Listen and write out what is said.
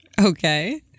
Okay